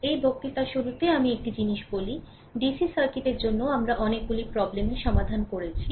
এই বক্তৃতার শুরুতে আমি একটি জিনিস বলি ডিসি সার্কিটের জন্য আমরা অনেকগুলি প্রব্লেমের সমাধান করছি